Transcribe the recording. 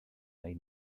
they